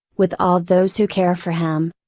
with all those who care for him.